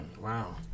Wow